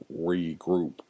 regroup